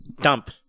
Dump